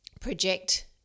project